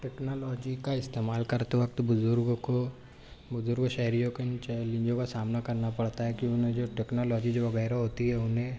technology کا استعمال کرتے وقت بزرگوں کو بزرگوں شہریوں کو ان چیلنجوں کا سامنا کرنا پڑتا ہے کہ انہیں جو ٹیکنالوجی جو وغیرہ ہوتی ہے انہیں